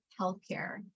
healthcare